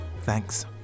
Thanks